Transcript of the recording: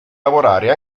lavorare